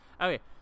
Okay